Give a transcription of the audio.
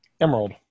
Emerald